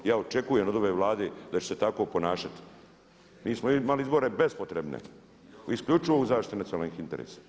Ja očekujemo od ove Vlade da će se tako ponašati. … imali izbore bespotrebne, isključivo u zaštiti nacionalnih interesa.